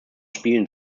spielen